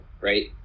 right